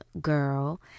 girl